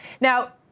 Now